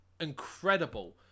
incredible